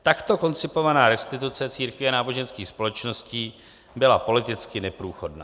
Takto koncipovaná restituce církví a náboženských společností byla politicky neprůchodná.